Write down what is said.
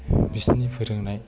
बिसोरनि फोरोंनाय